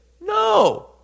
No